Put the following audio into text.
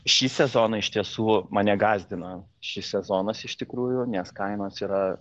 šį sezoną iš tiesų mane gąsdina šis sezonas iš tikrųjų nes kainos yra